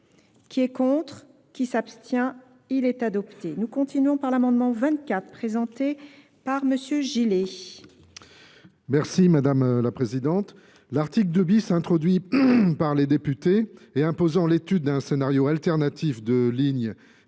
qui est contre qui s'abstient il est adopté nous continuons par l'amendement vingt quatre présenté par m g madame la présidente l'article de bis introduit par les députés et imposant l'étude d'un scénario alternatif de lignes